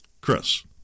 Chris